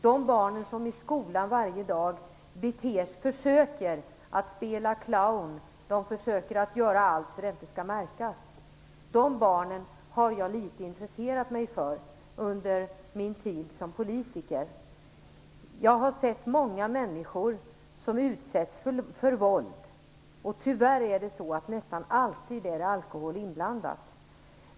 Det handlar om barn som varje dag i skolan försöker spela clown, som gör allt för att det inte skall märkas hur de har det. De barnen har jag intresserat mig för litet grand under min tid som politiker. Jag har sett många människor som utsätts för våld. Tyvärr är alkoholen nästan alltid inblandad.